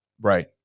Right